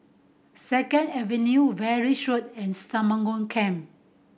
Second Avenue Valley Road and Stagmont Camp